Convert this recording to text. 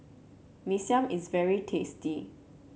Mee Siam is very tasty